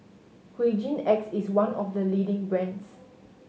Hygin X is one of the leading brands